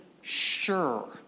sure